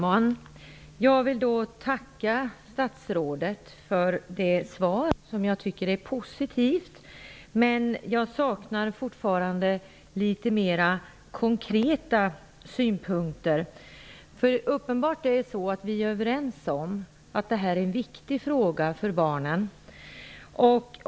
Herr talman! Jag tackar statsrådet för det positiva svaret. Men jag saknar fortfarande litet mer konkreta synpunkter. Uppenbarligen är vi överens om att denna fråga är viktig för barnen.